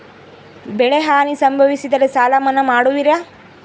ಬೆಳೆಹಾನಿ ಸಂಭವಿಸಿದರೆ ಸಾಲ ಮನ್ನಾ ಮಾಡುವಿರ?